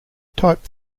type